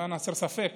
למען הסר ספק.